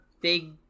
big